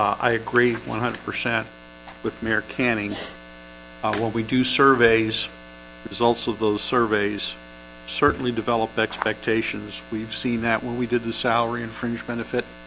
i agree one hundred percent with mayor canning while we do surveys results of those surveys certainly develop expectations. we've seen that when we did the salary and fringe benefit